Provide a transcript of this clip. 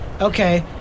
Okay